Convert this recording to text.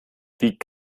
wie